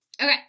Okay